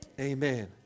amen